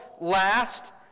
last